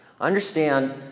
Understand